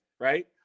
Right